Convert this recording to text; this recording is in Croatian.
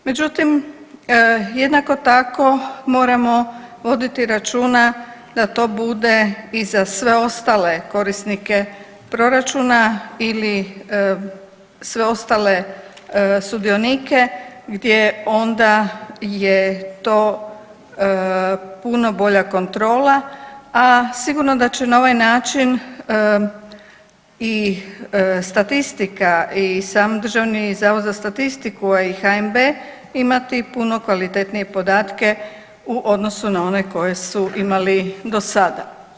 Međutim, jednako tako moramo voditi računa da to bude i za sve ostale korisnike proračuna ili sve ostale sudionike gdje onda je to puno bolja kontrola, a sigurno da će na ovaj način i statistika i sam DZS, a i HNB imati puno kvalitetnije podatke u odnosu na one koje su imali do sada.